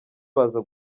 baza